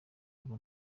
ubu